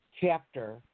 chapter